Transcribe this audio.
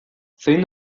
zein